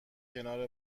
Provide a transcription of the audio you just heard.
کنار